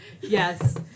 Yes